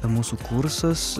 mūsų kursas